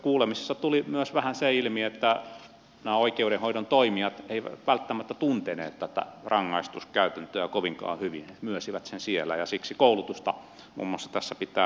kuulemisessa tuli vähän ilmi myös se että nämä oikeudenhoidon toimijat eivät välttämättä tunteneet tätä rangaistuskäytäntöä kovinkaan hyvin he myönsivät sen siellä ja siksi muun muassa koulutusta tässä pitää tehostaa